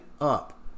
up